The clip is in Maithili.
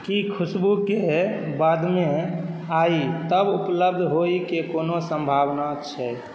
की खुशबुकेँ बादमे आइ तक उपलब्ध होइके कोनो सम्भवना छै